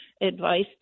advice